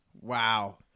Wow